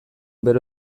bero